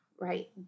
right